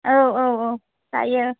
औ औ औ जायो